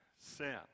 sin